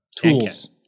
Tools